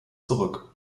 zurück